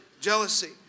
jealousy